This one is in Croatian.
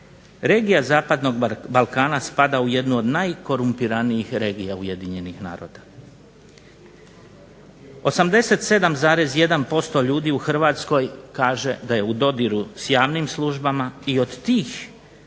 regija zapadnog Balkana spada u jedno od najkorumpiranijih regija Ujedinjenih naroda. 87,1% ljudi u Hrvatskoj kaže da je u dodiru s javnim službama i od tih